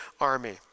army